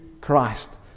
Christ